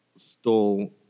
Stole